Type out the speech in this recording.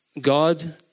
God